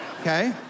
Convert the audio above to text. okay